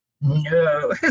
No